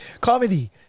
Comedy